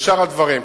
ושאר הדברים,